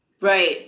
Right